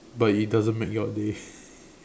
but he doesn't make your day